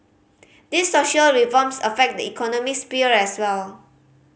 these social reforms affect the economic sphere as well